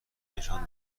نشان